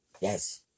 Yes